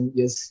yes